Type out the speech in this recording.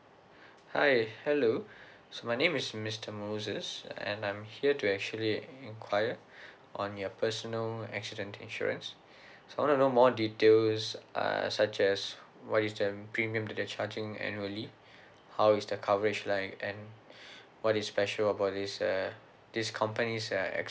hi hello so my name is mister moses and I'm here to actually enquire on your personal accident insurance so I want to know more details uh such as what is the premium that you're charging annually how is the coverage like and what is special about this uh this company's uh